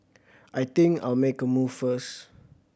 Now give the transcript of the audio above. I think I'll make a move first